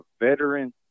veteran